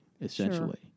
essentially